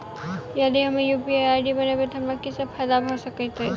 यदि हम UPI ID बनाबै तऽ हमरा की सब फायदा भऽ सकैत अछि?